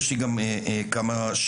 יש לי גם כמה שאלות,